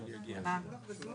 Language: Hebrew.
חבר תרגומים שלום ובוקר טוב לכולם,